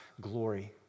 glory